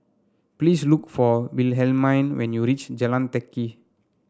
please look for Wilhelmine when you reach Jalan Teck Kee